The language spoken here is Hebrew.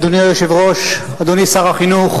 אדוני היושב-ראש, אדוני שר החינוך,